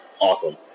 Awesome